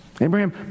Abraham